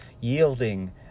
yielding